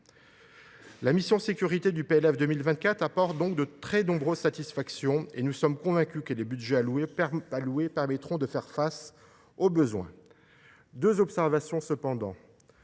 La mission « Sécurités » du PLF 2024 apporte donc de très nombreuses satisfactions. Nous sommes convaincus que les budgets alloués permettront de faire face aux besoins. Cependant,